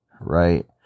right